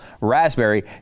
raspberry